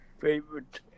favorite